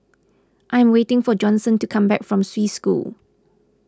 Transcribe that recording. I am waiting for Johnson to come back from Swiss School